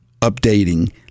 updating